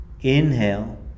inhale